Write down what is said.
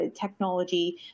technology